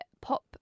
pop